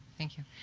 thank you.